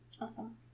awesome